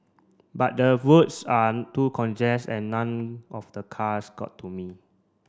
but the roads are too congest and none of the cars got to me